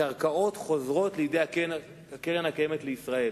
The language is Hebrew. הקרקעות חוזרות לידי קרן קיימת לישראל.